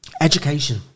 Education